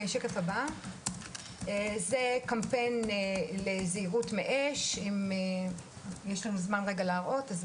זה קמפיין לזהירות מאש, אנחנו